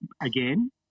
Again